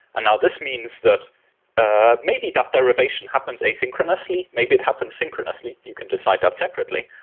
now, this means that ah maybe that the revision happens asynchronously. maybe it happens synchronously. you can decide that separately.